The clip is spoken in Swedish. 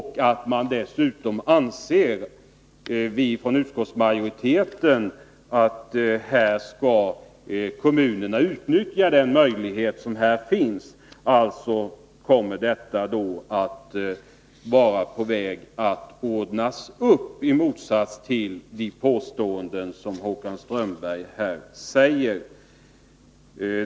Dessutom anser vi från utskottsmajoriteten att kommunerna skall utnyttja den möjlighet som här finns. Problemet är alltså på väg att ordnas upp, i motsats till vad Håkan Strömberg säger.